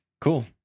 Cool